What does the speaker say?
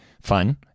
fun